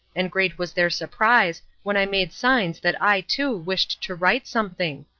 and great was their surprise when i made signs that i too wished to write something.